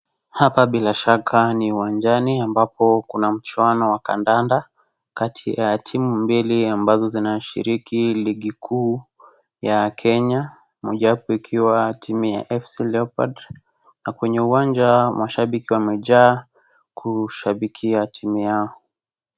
Hapa bila shaka ni uwanjani ambapo kuna mchuano wa mpira wa kandanda kati ya timu mbili ambazo zinashiriki ligi kuu ya Kenya, moja wapo ikiwa timu ya AFC Leopards na kwenye uwanja mashabiki wamejaa kushabikia timu yao.